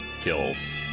kills